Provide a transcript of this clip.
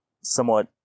somewhat